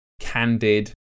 candid